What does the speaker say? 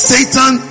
Satan